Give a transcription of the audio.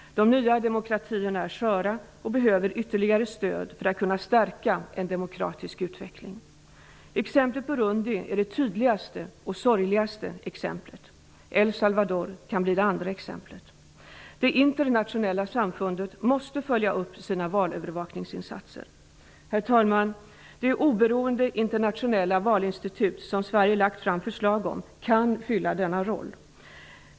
De nya demokratierna är sköra och behöver ytterligare stöd för att kunna stärka en demokratisk utveckling. Exemplet Burundi är det tydligaste och sorgligaste exemplet. El Salvador kan bli det andra exemplet. Det internationella samfundet måste följa upp sina valövervakningsinsatser. Herr talman! Det oberoende internationella valinstitut som Sverige lagt fram förslag om kan fylla denna roll.